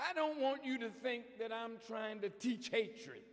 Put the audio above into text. i don't want you to think that i'm trying to teach a tre